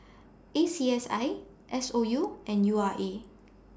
A C S I S O U and U R A